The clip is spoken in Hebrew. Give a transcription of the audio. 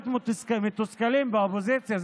להיות מתוסכלים באופוזיציה.